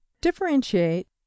Differentiate